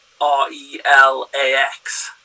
R-E-L-A-X